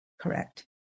Correct